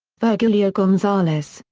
virgilio gonzalez,